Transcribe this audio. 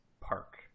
Park